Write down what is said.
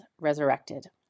resurrected